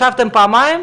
ישבתם פעמיים.